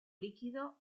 líquido